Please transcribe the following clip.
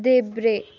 देब्रे